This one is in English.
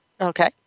Okay